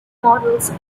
models